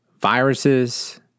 viruses